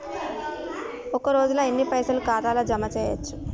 ఒక రోజుల ఎన్ని పైసల్ ఖాతా ల జమ చేయచ్చు?